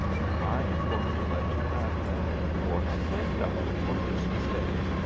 and i am going to let you have him for a playfellow for christmas day.